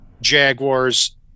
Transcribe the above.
Jaguars